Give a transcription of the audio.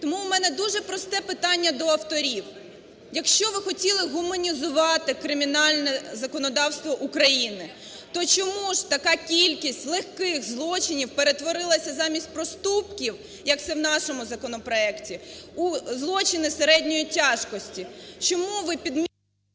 Тому у мене дуже просте питання до авторів. Якщо ви хотіли гуманізувати кримінальне законодавство України, то чому ж така кількість легких злочинів перетворилась замість проступків, як це у нашому законопроекті, у злочини середньої тяжкості? Чому ви…